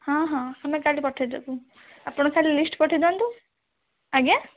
ହଁ ହଁ ଆମେ କାଲି ପଠେଇଦେବୁ ଆପଣ ଖାଲି ଲିଷ୍ଟ୍ ପଠେଇ ଦିଅନ୍ତୁ ଆଜ୍ଞା